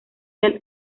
del